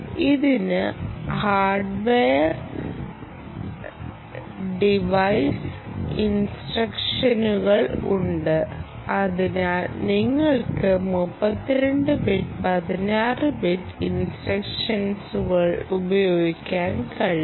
ഇതിന് hardware divide ഇൻസ്ട്രക്ഷനുകൾ ഉണ്ട് അതിനാൽ നിങ്ങൾക്ക് 32 ബിറ്റ് 16 ബിറ്റ് ഇൻസ്ട്രക്ഷനുകൾ ഉപയോഗിക്കാൻ കഴിയും